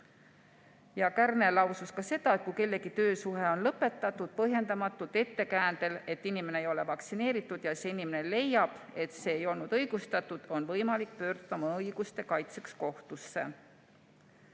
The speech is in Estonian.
Kärner lausus, et kui kellegi töösuhe on lõpetatud põhjendamatult, ettekäändel, et inimene ei ole vaktsineeritud, ja see inimene leiab, et see ei olnud õigustatud, siis on võimalik pöörduda oma õiguste kaitseks kohtusse.